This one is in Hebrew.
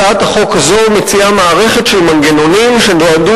הצעת החוק הזאת מציעה מערכת של מנגנונים שנועדו